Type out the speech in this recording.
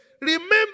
Remember